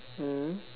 mm